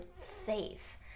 faith